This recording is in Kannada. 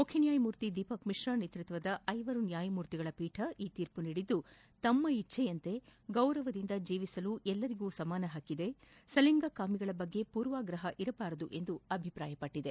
ಮುಖ್ಯ ನ್ಯಾಯಮೂರ್ತಿ ದೀಪಕ್ ಮಿಶ್ರಾ ನೇತೃತ್ವದ ಐವರು ನ್ಯಾಯಮೂರ್ತಿಗಳ ಪೀಠ ಈ ತೀರ್ಪು ನೀಡಿದ್ದು ತಮ್ಮ ಇಚ್ಚೆಯಂತೆ ಗೌರವದಿಂದ ಜೀವಿಸಲು ಎಲ್ಲರಿಗೂ ಸಮಾನ ಹಕ್ಕಿದೆ ಸಲಿಂಗ ಕಾಮಿಗಳ ಬಗ್ಗೆ ಪೂರ್ವಗ್ರಹ ಇರಬಾರದು ಎಂದು ಅಭಿಪ್ರಾಯಪಟ್ಟಿದೆ